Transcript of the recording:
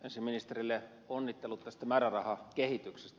ensin ministerille onnittelut tästä määrärahakehityksestä